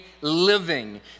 living